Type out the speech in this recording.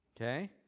okay